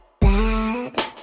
bad